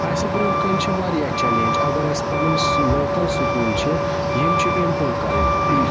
اَسہِ برٛونٛہہ کَنہِ چھِ واریاہ چَلینج اَگر اَسہِ پَنٕنۍ لوکَل سُکوٗل چھِ یِم چھِ اِمپروٗ کَرٕنۍ